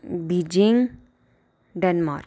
Beijing Denmark